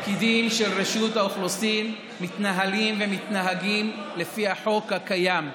הפקידים של רשות האוכלוסין מתנהלים ומתנהגים לפי החוק הקיים.